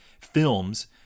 films